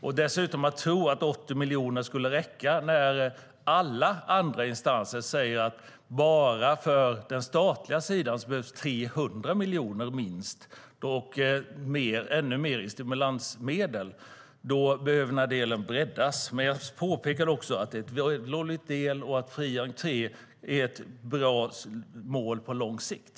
Att dessutom tro att 80 miljoner skulle räcka, när alla andra instanser säger att det bara för den statliga sidan behövs minst 300 miljoner, och ännu mer i stimulansmedel. Då behöver den här delen breddas. Men jag påpekade också att det är ett vällovligt initiativ och att fri entré är ett bra mål på lång sikt.